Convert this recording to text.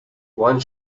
one